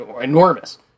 enormous